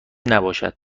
نباشد